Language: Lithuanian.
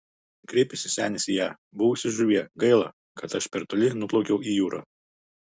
kreipėsi senis į ją buvusi žuvie gaila kad aš per toli nuplaukiau į jūrą